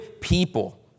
people